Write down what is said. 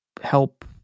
Help